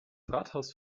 rathaus